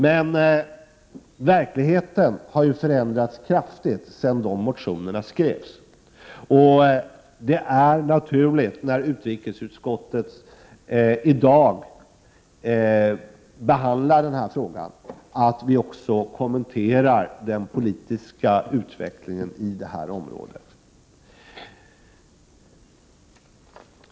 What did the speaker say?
Men verkligheten har ju förändrats kraftigt sedan de här motionerna skrevs, och det är naturligt att vi, när vi i dag behandlar utrikesutskottets betänkande i frågan, också kommenterar den politiska utvecklingen i detta område.